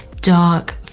dark